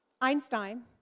Einstein